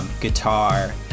guitar